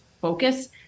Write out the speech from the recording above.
focus